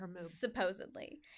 Supposedly